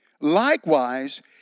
Likewise